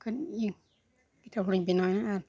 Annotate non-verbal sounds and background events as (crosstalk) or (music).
ᱢᱮᱱᱠᱷᱟᱱ ᱤᱭᱟᱹ (unintelligible) ᱦᱚᱲᱤᱧ ᱵᱮᱱᱟᱣᱮᱱᱟ ᱟᱨ